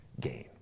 gain